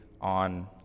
on